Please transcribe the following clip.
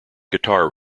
guitar